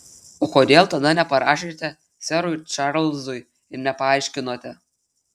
o kodėl tada neparašėte serui čarlzui ir nepaaiškinote